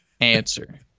answer